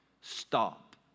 Stop